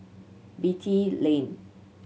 Beatty Lane